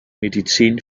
medizin